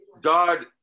god